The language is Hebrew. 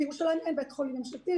בירושלים אין בית חולים ממשלתי,